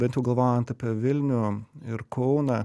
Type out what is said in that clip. bent jau galvojant apie vilnių ir kauną